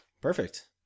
Perfect